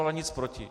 Ale nic proti.